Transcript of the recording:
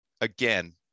Again